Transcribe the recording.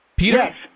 Peter